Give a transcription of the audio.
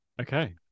Okay